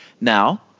Now